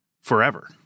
forever